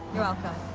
you're welcome.